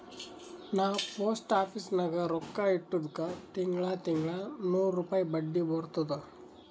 ನಾ post office ನಾಗ್ ರೊಕ್ಕಾ ಇಟ್ಟಿದುಕ್ ತಿಂಗಳಾ ತಿಂಗಳಾ ನೂರ್ ರುಪಾಯಿ ಬಡ್ಡಿ ಬರ್ತುದ್